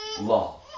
law